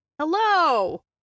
hello